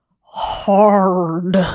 Hard